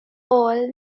all